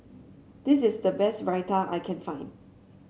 this is the best Raita I can find